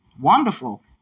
wonderful